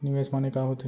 निवेश माने का होथे?